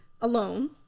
alone